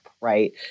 right